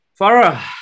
Farah